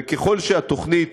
וככל שהתוכנית